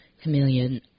Chameleon